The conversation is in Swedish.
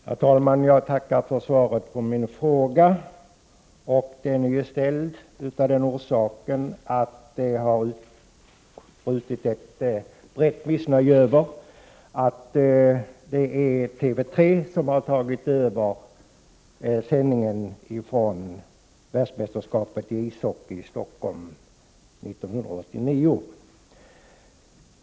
Herr talman! Jag tackar för svaret på min fråga. Frågan har ställts därför att det har utbrutit ett stort missnöje över att TV 3 har tagit över sändningen från världsmästerskapen i ishockey i Stockholm 1989.